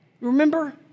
Remember